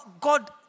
God